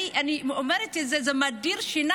אני אומרת את זה, זה מדיר שינה.